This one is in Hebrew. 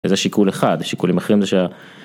זה שיקול אחד שיקולים אחרים זה שה...